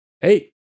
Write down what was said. Hey